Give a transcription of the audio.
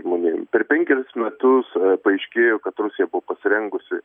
žmonėms per penkerius metus paaiškėjo kad rusija pasirengusi